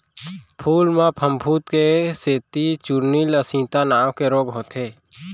फूल म फफूंद के सेती चूर्निल आसिता नांव के रोग होथे